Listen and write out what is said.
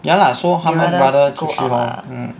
ya lah so 他们的 brother 够